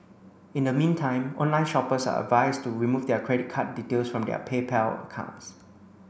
in the meantime online shoppers are advised to remove their credit card details from their PayPal accounts